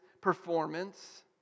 performance